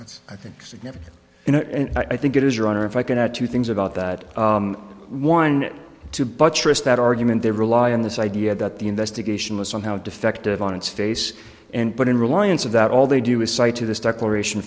that's i think significant you know i think it is your honor if i can add two things about that one to buttress that argument they rely on this idea that the investigation was somehow defective on its face and put in reliance of that all they do is cite to this declaration